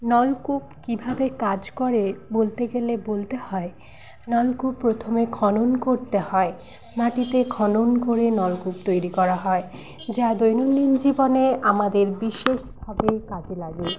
নলকূপ কী ভাবে কাজ করে বলতে গেলে বলতে হয় নলকূপ প্রথমে খনন করতে হয় মাটিতে খনন করে নলকূপ তৈরি করা হয় যা দৈনন্দিন জীবনে আমাদের বিশেষভাবে কাজে লাগে